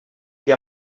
que